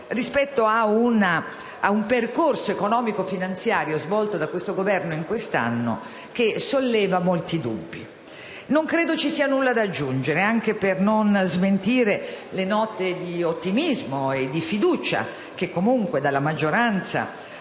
rispetto a un percorso economico finanziario svolto da questo Governo in quest'anno che solleva molti dubbi. Non credo ci sia nulla da aggiungere, anche per non smentire le note di ottimismo e di fiducia che dalla maggioranza